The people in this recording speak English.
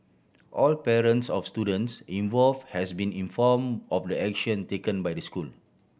all parents of students involve has been inform of the action taken by the school